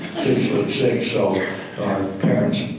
six foot six our parents